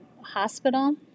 hospital